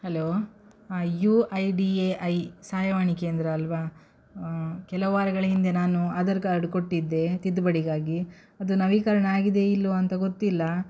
hello U I D A I ಸಹಾಯವಾಣಿ ಕೇಂದ್ರ ಅಲ್ಲವಾ ಕೆಲವು ವಾರಗಳ ಹಿಂದೆ ನಾನು ಆಧಾರ್ ಕಾರ್ಡ್ ಕೊಟ್ಟಿದ್ದೆ ತಿದ್ದುಪಡಿಗಾಗಿ ಅದು ನವೀಕರಣ ಆಗಿದೆ ಇಲ್ಲವೋ ಅಂತ ಗೊತ್ತಿಲ್ಲ